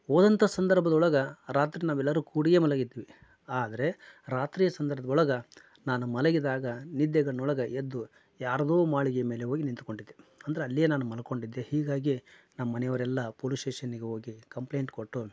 ಹೋದಂತ ಸಂದರ್ಭದೊಳಗ ರಾತ್ರಿ ನಾವೆಲ್ಲರೂ ಕೂಡಿಯೇ ಮಲಗಿದ್ವಿ ಆದರೆ ರಾತ್ರಿಯ ಸಂದರ್ಭದೊಳಗ ನಾನು ಮಲಗಿದಾಗ ನಿದ್ದೆಗಣ್ಣೊಳಗೆ ಎದ್ದು ಯಾರದ್ದೋ ಮಾಳಿಗೆ ಮೇಲೆ ಹೋಗಿ ನಿಂತ್ಕೊಂಡಿದ್ದೆ ಅಂದರೆ ಅಲ್ಲಿಯೇ ನಾನು ಮಲ್ಕೊಂಡಿದ್ದೆ ಹೀಗಾಗಿ ನಮ್ಮನೆಯವರೆಲ್ಲ ಪೋಲಿಶ್ ಸ್ಟೇಷನ್ನಿಗೆ ಹೋಗಿ ಕಂಪ್ಲೇಂಟ್ ಕೊಟ್ಟು